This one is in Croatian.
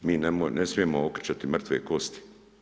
Mi ne smijemo okretati mrtve kosti.